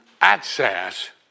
access